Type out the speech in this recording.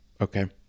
Okay